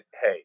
hey